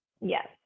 Yes